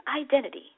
identity